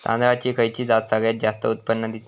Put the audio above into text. तांदळाची खयची जात सगळयात जास्त उत्पन्न दिता?